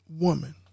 woman